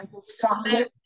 solid